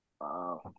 Wow